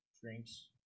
drinks